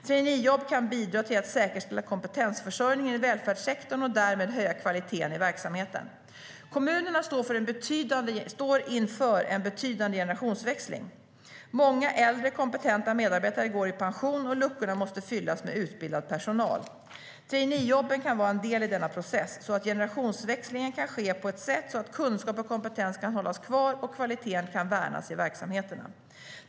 Traineejobb kan bidra till att säkerställa kompetensförsörjningen i välfärdssektorn och därmed höja kvaliteten i verksamheten. Kommunerna står inför en betydande generationsväxling. Många äldre kompetenta medarbetare går i pension, och luckorna måste fyllas med utbildad personal. Traineejobben kan vara en del i denna process, så att generationsväxlingen kan ske på ett sätt så att kunskap och kompetens kan hållas kvar och kvaliteten kan värnas i verksamheterna.